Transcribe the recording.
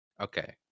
okay